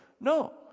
No